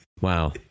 Wow